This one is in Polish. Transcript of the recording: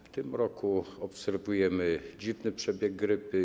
W tym roku obserwujemy dziwny przebieg grypy.